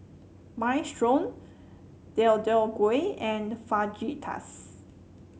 Minestrone Deodeok Gui and Fajitas